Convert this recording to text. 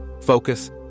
focus